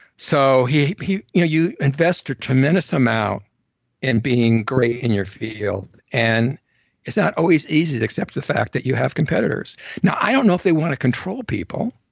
so you you know you invest a tremendous amount in being great in your field and it's not always easy to accept the fact that you have competitors now, i don't know if they want to control people,